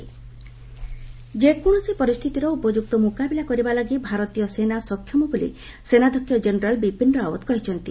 ବିପିନ ରାଓ୍ୱତ ଜୟପୁର ଯେକୌଣସି ପରିସ୍ଥିତିର ଉପଯୁକ୍ତ ମୁକାବିଲା କରିବା ଲାଗି ଭାରତୀୟ ସେନା ସକ୍ଷମ ବୋଲି ସେନାଧ୍ୟକ୍ଷ ଜେନେରାଲ୍ ବିପିନ ରାଓ୍ୱତ କହିଛନ୍ତି